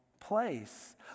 place